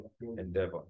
endeavor